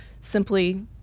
simply